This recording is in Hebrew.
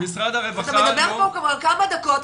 אתה מדבר פה כבר כמה דקות,